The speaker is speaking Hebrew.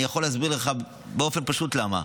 אני יכול להסביר לך באופן פשוט למה: